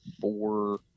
four